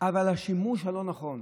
אבל השימוש הלא-נכון,